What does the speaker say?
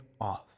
off